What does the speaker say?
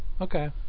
okay